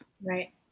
Right